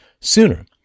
sooner